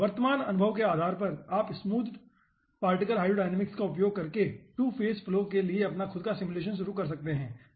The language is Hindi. वर्तमान अनुभव के आधार पर आप स्मूदेड पार्टिकल हाइड्रोडायनामिक्स का उपयोग करके टू फेज फ्लो के लिए अपना खुद का सिमुलेशन शुरू कर सकते हैं